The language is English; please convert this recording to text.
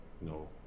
No